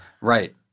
Right